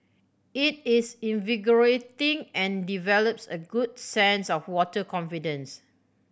it is invigorating and develops a good sense of water confidence